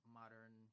modern